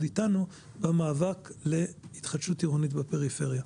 איתנו במאבק להתחדשות עירונית בפריפריה.